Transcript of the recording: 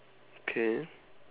K